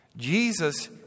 Jesus